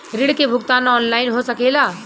ऋण के भुगतान ऑनलाइन हो सकेला?